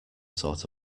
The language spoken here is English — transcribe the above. sort